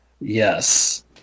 Yes